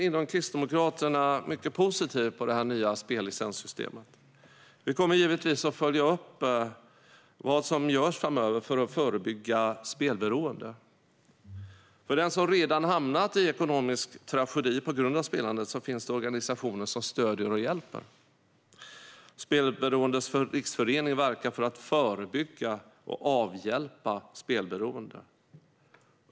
Inom Kristdemokraterna ser vi mycket positivt på det nya spellicenssystemet. Vi kommer givetvis att följa upp vad som görs framöver för att förebygga spelberoende. För den som redan har hamnat i ekonomisk tragedi på grund av spelandet finns det organisationer som stöder och hjälper. Spelberoendes riksförening verkar för att förebygga och avhjälpa spelberoende.